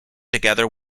together